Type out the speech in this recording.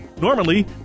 Normally